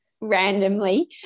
randomly